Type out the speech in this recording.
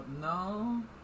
no